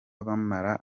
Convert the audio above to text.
bamara